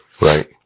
right